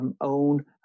Own